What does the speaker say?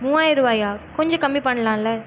மூவாயர்ரூவாயா கொஞ்சம் கம்மி பண்ணலால